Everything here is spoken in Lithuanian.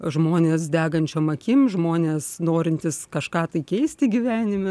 žmonės degančiom akim žmonės norintys kažką tai keisti gyvenime